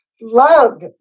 loved